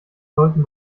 sollten